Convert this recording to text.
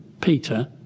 Peter